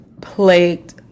plagued